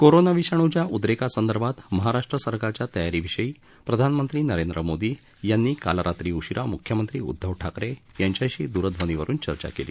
corona विषाण्च्या उद्देकासंदर्भात महाराष्ट्र सरकारच्या तयारीविषयी प्रधानमंत्रीनरेंद्र मोदी यांनी काल रात्री उशिरा मुख्यमंत्री उद्घव ठाकरे यांच्याशीद्रध्वनीवरून चर्चा केली